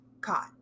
caught